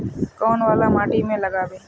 कौन वाला माटी में लागबे?